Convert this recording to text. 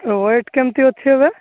wait କେମିତି ଅଛି ଏବେ